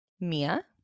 Mia